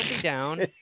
down